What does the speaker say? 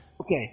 Okay